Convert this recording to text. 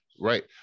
right